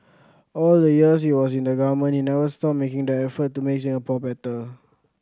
all the years he was in the government he never stopped making the effort to make Singapore better